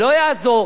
ולא יעזור